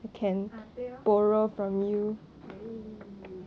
ah 对 lor